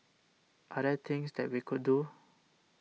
are there things that we could do